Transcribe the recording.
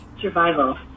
Survival